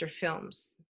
films